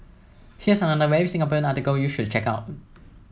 here's another very Singaporean article you should check out